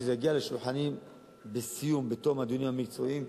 כשזה יגיע לשולחני בסיום, בתום הדיונים המקצועיים,